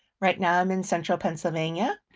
right now i'm in central pennsylvania.